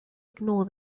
ignore